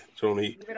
Tony